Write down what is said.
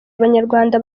abanyarwanda